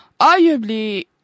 Arguably